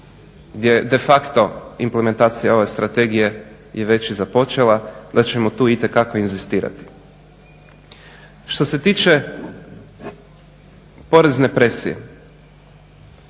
dijela de facto implementacija ove strategije je već i započela, da ćemo tu itekako inzistirati. Što se tiče porezne presije?